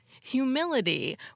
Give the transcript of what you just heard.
Humility